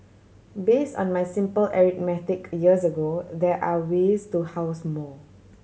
based on my simple arithmetic years ago there are ways to house more